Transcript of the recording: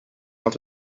off